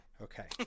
Okay